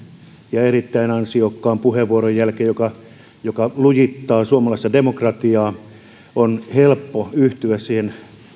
ja erittäin ansiokkaan puheenvuoron jälkeen talousvaliokunnan jäsenen erinomaisen esittelypuheenvuoron jälkeen joka lujittaa suomalaista demokratiaa on helppo yhtyä siihen